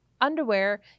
underwear